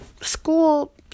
school